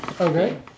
Okay